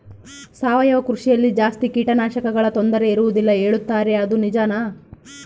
ಸಾವಯವ ಕೃಷಿಯಲ್ಲಿ ಜಾಸ್ತಿ ಕೇಟನಾಶಕಗಳ ತೊಂದರೆ ಇರುವದಿಲ್ಲ ಹೇಳುತ್ತಾರೆ ಅದು ನಿಜಾನಾ?